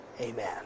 Amen